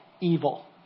evil